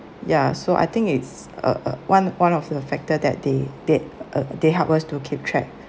ya so I think it's uh uh one one of the factor that they did they help us to keep track